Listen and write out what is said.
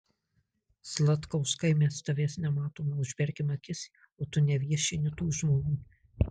zlatkauskai mes tavęs nematome užmerkiame akis o tu neviešini tų žmonių